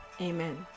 Amen